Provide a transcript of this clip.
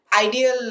ideal